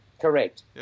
Correct